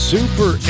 Super